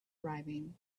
arriving